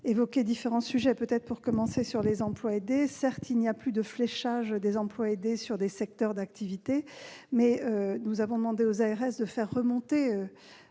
évoqué différents sujets. Pour ce qui concerne les emplois aidés, certes il n'y a plus de fléchage de ces emplois sur des secteurs d'activité, mais nous avons demandé aux ARS de faire remonter